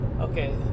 Okay